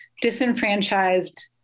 disenfranchised